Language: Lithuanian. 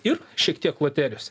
ir šiek tiek loterijose